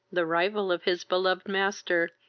the rival of his beloved master,